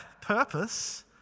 purpose